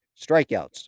Strikeouts